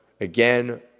Again